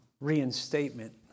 reinstatement